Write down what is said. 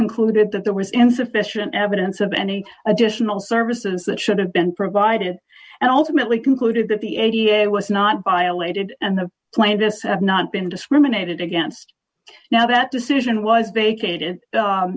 concluded that there was insufficient evidence of any additional services that should have been provided and ultimately concluded that the a b a was not violated and the plaintiffs have not been discriminated against now that decision was baited